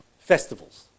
festivals